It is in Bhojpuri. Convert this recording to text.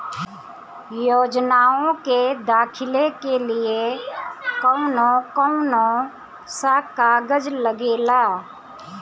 योजनाओ के दाखिले के लिए कौउन कौउन सा कागज लगेला?